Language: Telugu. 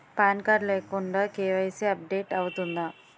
పాన్ కార్డ్ లేకుండా కే.వై.సీ అప్ డేట్ అవుతుందా?